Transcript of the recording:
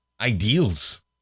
ideals